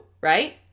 right